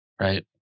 right